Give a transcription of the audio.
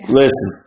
listen